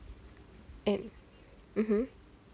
eh mmhmm